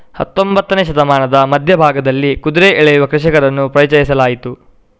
ಹತ್ತೊಂಬತ್ತನೇ ಶತಮಾನದ ಮಧ್ಯ ಭಾಗದಲ್ಲಿ ಕುದುರೆ ಎಳೆಯುವ ಕೃಷಿಕರನ್ನು ಪರಿಚಯಿಸಲಾಯಿತು